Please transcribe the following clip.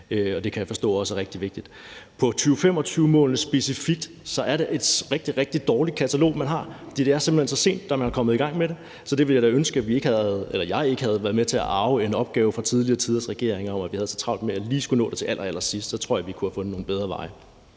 og det kan jeg forstå også er rigtig vigtigt. I forhold til 2025-målene specifikt er det et rigtig, rigtig dårligt katalog, man har, for det er simpelt hen så sent, man er kommet i gang med det. Så der ville jeg da ønske, at jeg ikke havde været med til at arve en opgave fra tidligere tiders regeringer, hvor vi har så travlt med lige at skulle nå det til allerallersidst. Så tror jeg, vi kunne have fundet nogle bedre veje.